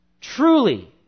Truly